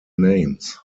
names